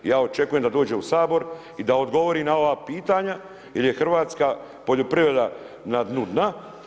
Ja očekujem da dođe u Sabor i da odgovori na ova pitanja jer je hrvatska poljoprivreda na dnu dna.